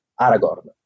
Aragorn